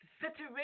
situation